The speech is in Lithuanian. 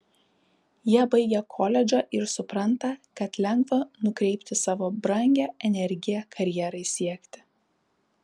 jie baigia koledžą ir supranta kad lengva nukreipti savo brangią energiją karjerai siekti